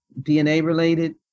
DNA-related